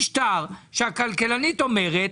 משטר שהכלכלנית אומרת,